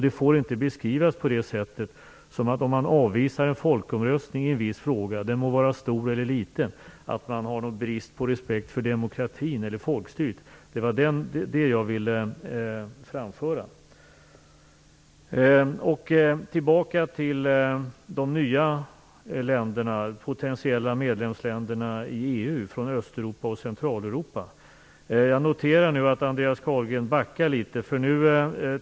Det får inte beskrivas på det sättet att man om man avvisar en folkomröstning i en viss fråga, den må vara stor eller liten, har brist på respekt för demokratin eller folkstyret. Det var det jag ville framföra. Tillbaka till de potentiella nya medlemsländerna i EU från Östeuropa och Centraleuropa. Jag noterar nu att Andreas Carlgren backar litet.